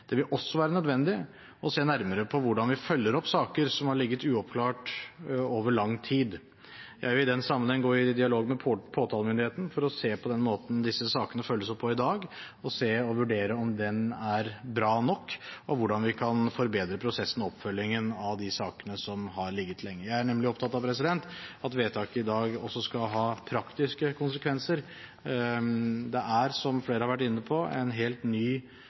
Det vil også være nødvendig å se nærmere på hvordan vi følger opp saker som har ligget uoppklart over lang tid. Jeg vil i den sammenheng gå i dialog med påtalemyndigheten for å se på den måten disse sakene følges opp på i dag, og vurdere om den er god nok, og hvordan vi kan forbedre prosessen med oppfølgingen av de sakene som har ligget lenge. Jeg er nemlig opptatt av at vedtaket i dag også skal ha praktiske konsekvenser. Det er, som flere har vært inne på, helt